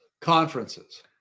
Conferences